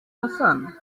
hassan